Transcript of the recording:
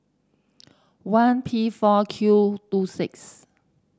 one P four Q two six